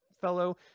fellow